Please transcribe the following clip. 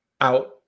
Out